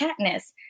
Katniss